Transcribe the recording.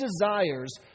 desires